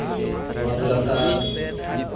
ᱚᱛ ᱞᱟᱛᱟᱨ